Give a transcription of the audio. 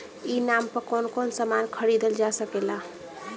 ई नाम पर कौन कौन समान खरीदल जा सकेला?